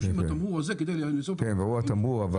כן, ברור התמרור.